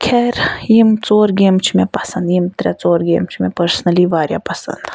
خیر یِم ژور گیمہٕ چھِ مےٚ پَسَنٛد یِم ترٛےٚ ژور گیمہٕ چھِ مےٚ پٔرسنلی واریاہ پَسَنٛد